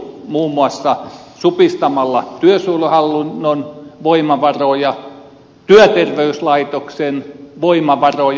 muun muassa supistamalla työsuojeluhallinnon voimavaroja työterveyslaitoksen voimavaroja